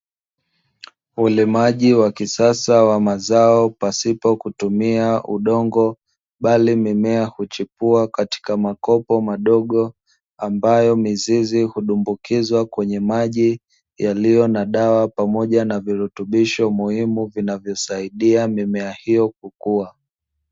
Ulimaji wa kisasa wa mazao pasipo kutumia udongo bali mimea huchipua katika makopo madogo ambayo mizizi hutumbukizwa kwenye maji yaliyo na dawa pamoja na virutubisho muhimu vinavyosaidia mimea hiyo kukua.